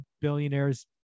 billionaires